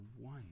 one